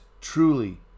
truly